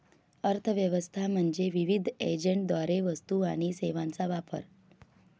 अर्थ व्यवस्था म्हणजे विविध एजंटद्वारे वस्तू आणि सेवांचा वापर